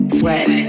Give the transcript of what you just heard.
sweat